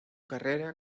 carrera